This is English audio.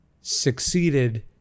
succeeded